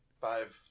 Five